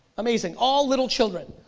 amazing, all little children.